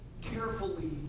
carefully